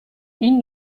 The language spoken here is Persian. این